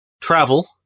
travel